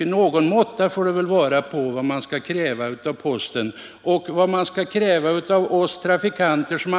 Någon måtta får det väl ändå vara på vad man kräver av posten och av dem som skriver brev.